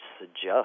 suggest